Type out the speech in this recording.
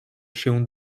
się